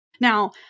Now